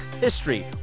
history